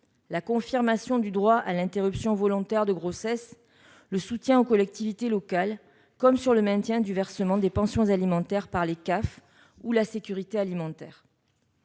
la confirmation du droit à l'interruption volontaire de grossesse, le soutien aux collectivités locales, ou encore le maintien du versement des pensions alimentaires par les caisses d'allocations